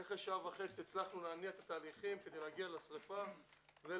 רק אחרי שעה וחצי הצלחנו להניע את התהליכים כדי להגיע לשריפה ולכבות,